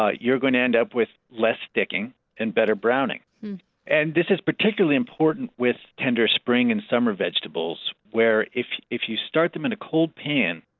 ah you're going to end up with less sticking and better browning and this is particularly important with tender spring and summer vegetables if if you start them in a cold pan,